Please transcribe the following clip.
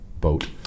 boat